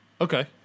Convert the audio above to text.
okay